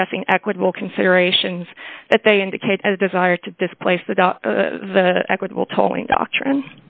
addressing equitable considerations that they indicate as desire to this place that the equitable tolling doctrine